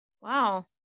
Wow